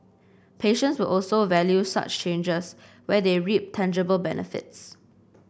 patients will also value such changes where they reap tangible benefits